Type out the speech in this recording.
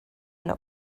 not